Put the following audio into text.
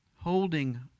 holding